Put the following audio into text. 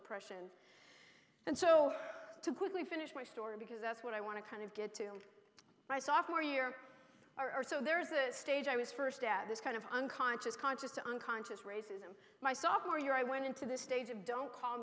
oppression and so quickly finished my story because that's what i want to kind of get to my software year or so there's a stage i was first at this kind of unconscious conscious or unconscious racism my sophomore year i went into this stage of don't call